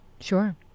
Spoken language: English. Sure